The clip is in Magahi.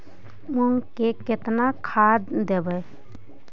मुंग में केतना खाद देवे?